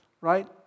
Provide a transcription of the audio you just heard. right